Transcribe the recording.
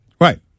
Right